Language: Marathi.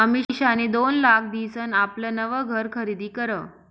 अमिषानी दोन लाख दिसन आपलं नवं घर खरीदी करं